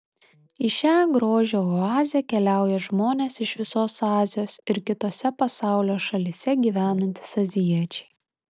į šią grožio oazę keliauja žmonės iš visos azijos ir kitose pasaulio šalyse gyvenantys azijiečiai